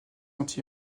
anti